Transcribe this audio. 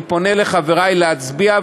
אני פונה לחברי להצביע.